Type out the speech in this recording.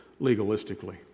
legalistically